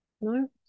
No